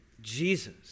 Jesus